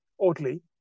oddly